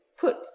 put